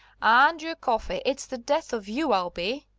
andrew coffey! it's the death of you i'll be.